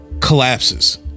collapses